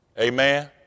Amen